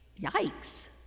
Yikes